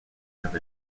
have